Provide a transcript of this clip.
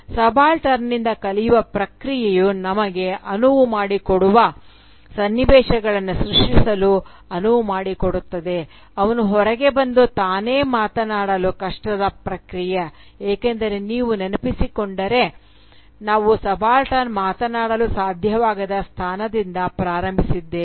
ಸಬಾಲ್ಟರ್ನ್ನಿಂದ ಕಲಿಯುವ ಪ್ರಕ್ರಿಯೆಯು ನಮಗೆ ಅನುವು ಮಾಡಿಕೊಡುವ ಸನ್ನಿವೇಶಗಳನ್ನು ಸೃಷ್ಟಿಸಲು ಅನುವು ಮಾಡಿಕೊಡುತ್ತದೆ ಅವನು ಹೊರಗೆ ಬಂದು ತಾನೇ ಮಾತನಾಡಲು ಕಷ್ಟದ ಪ್ರಕ್ರಿಯೆ ಏಕೆಂದರೆ ನೀವು ನೆನಪಿಸಿಕೊಂಡರೆ ನಾವು ಸಬಾಲ್ಟರ್ನ್ ಮಾತನಾಡಲು ಸಾಧ್ಯವಾಗದ ಸ್ಥಾನದಿಂದ ಪ್ರಾರಂಭಿಸುತ್ತಿದ್ದೇವೆ